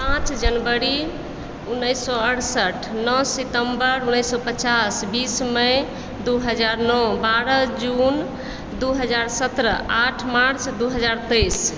पाँच जनवरी उन्नैस सए अरसठ नओ सितम्बर उन्नैस सए पचास बीस मइ दू हजार नओ बारह जून दू हजार सत्रह आठ मार्च दू हजार तेइस